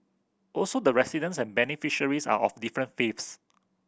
also the residents and beneficiaries are of different faiths